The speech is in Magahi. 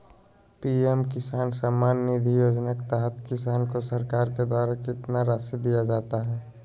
पी.एम किसान सम्मान निधि योजना के तहत किसान को सरकार के द्वारा कितना रासि दिया जाता है?